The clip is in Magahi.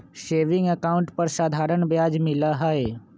सेविंग अकाउंट पर साधारण ब्याज मिला हई